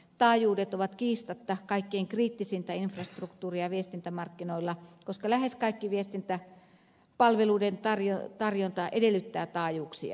taajuudet ovat kiistatta kaikkein kriittisintä infrastruktuuria viestintämarkkinoilla koska lähes kaikki viestintäpalveluiden tarjonta edellyttää taajuuksia